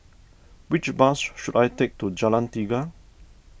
which bus should I take to Jalan Tiga